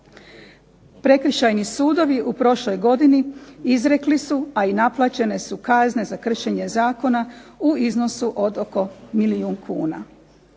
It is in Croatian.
Prekršajni sudovi u prošloj godini izrekli su, a i naplaćene su kazne za kršenje zakona u iznosu od oko milijun kuna.